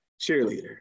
cheerleader